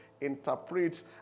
interprets